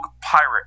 pirate